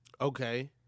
Okay